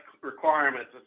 requirements